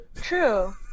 True